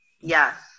yes